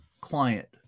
client